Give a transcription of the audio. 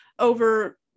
over